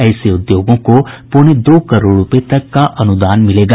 ऐसे उद्योगों को पौने दो करोड़ रूपये तक का अनुदान मिलेगा